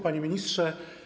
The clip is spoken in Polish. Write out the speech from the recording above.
Panie Ministrze!